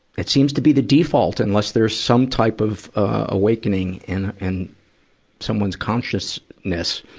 it seems to be the default unless there's some type of, ah, awakening in, in someone's consciousness.